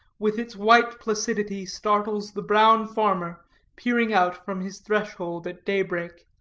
with its white placidity startles the brown farmer peering out from his threshold at daybreak.